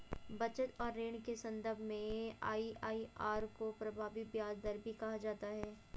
बचत और ऋण के सन्दर्भ में आई.आई.आर को प्रभावी ब्याज दर भी कहा जाता है